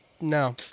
No